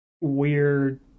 weird